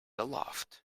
aloft